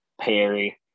Perry